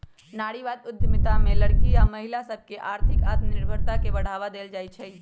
नारीवाद उद्यमिता में लइरकि आऽ महिला सभके आर्थिक आत्मनिर्भरता के बढ़वा देल जाइ छइ